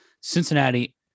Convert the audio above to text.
cincinnati